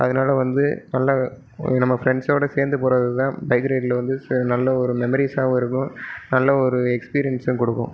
அதனால வந்து நல்ல நம்ம ஃப்ரெண்ட்ஸோடு சேர்ந்து போகிறது தான் பைக் ரைடில் வந்து நல்ல ஒரு மெமரிஸாகவும் இருக்கும் நல்ல ஒரு எக்ஸ்பீரியன்ஸும் கொடுக்கும்